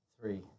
Three